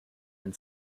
ein